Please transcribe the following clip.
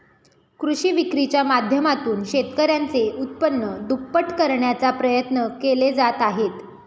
कृषी विक्रीच्या माध्यमातून शेतकऱ्यांचे उत्पन्न दुप्पट करण्याचा प्रयत्न केले जात आहेत